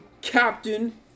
captain